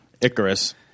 Icarus